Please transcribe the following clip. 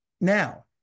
now